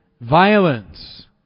violence